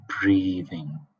breathing